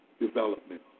development